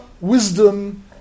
wisdom